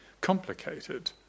complicated